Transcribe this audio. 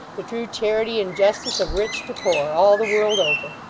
the true charity and justice of rich to poor, all the world over